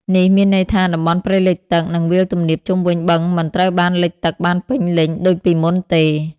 នេះមានន័យថា តំបន់ព្រៃលិចទឹក និងវាលទំនាបជុំវិញបឹងមិនត្រូវបានលិចទឹកបានពេញលេញដូចពីមុនទេ។